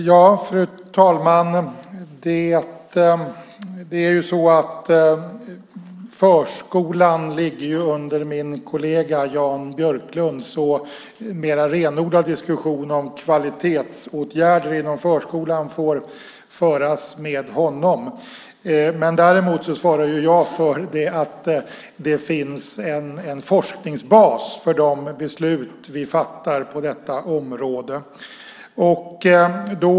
Fru talman! Förskolan ligger ju under min kollega Jan Björklund, så en mer renodlad diskussion om kvalitetsåtgärder inom förskolan får föras med honom. Däremot svarar jag för att det finns en forskningsbas för de beslut vi fattar på detta område.